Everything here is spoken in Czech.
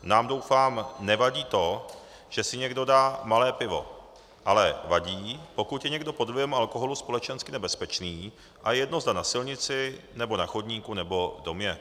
Nám doufám nevadí to, že si někdo dá malé pivo, ale vadí, pokud je někdo pod vlivem alkoholu společensky nebezpečný, a je jedno, zda na silnici, nebo na chodníku, nebo v domě.